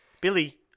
Billy